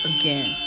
again